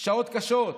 שעות קשות של,